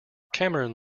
cameron